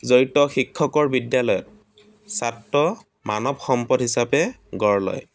জড়িত শিক্ষকৰ বিদ্যালয়ত ছাত্ৰ মানৱ সম্পদ হিচাপে গঢ় লয়